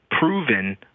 proven